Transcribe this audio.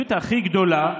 הצביעות הכי גדולה,